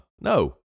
No